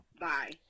Bye